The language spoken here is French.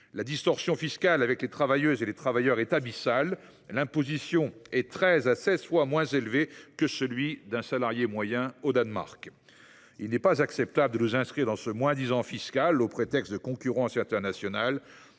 La distorsion fiscale avec les travailleuses et les travailleurs est abyssale : le niveau d’imposition est treize à seize fois moins élevé que celui d’un salarié moyen au Danemark. Il n’est pas acceptable de nous inscrire dans ce moins disant fiscal au prétexte de concurrence internationale